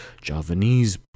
Javanese